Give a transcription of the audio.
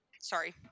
Sorry